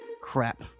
Crap